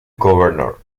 governor